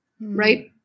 right